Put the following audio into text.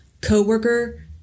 coworker